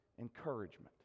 encouragement